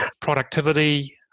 productivity